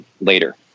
later